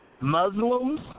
Muslims